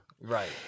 right